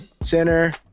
center